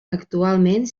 actualment